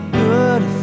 good